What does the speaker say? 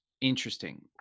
Interesting